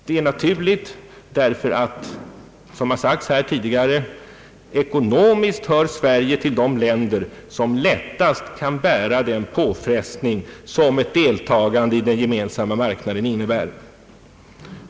Det är naturligt därför att Sverige som sagts här tidigare ekonomiskt hör till de länder, som lättast kan bära den påfrestning som ett deltagande i den gemensamma marknaden innebär.